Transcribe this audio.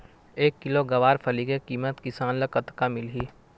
एक किलोग्राम गवारफली के किमत किसान ल कतका मिलही?